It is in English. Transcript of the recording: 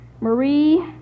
Marie